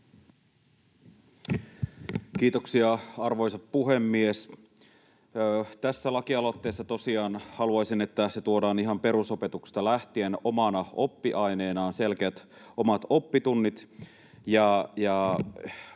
Kiitoksia, arvoisa puhemies! Tässä lakialoitteessa tosiaan haluaisin, että se taloustaito tuodaan ihan perusopetuksesta lähtien omana oppiaineenaan, selkeät omat oppitunnit.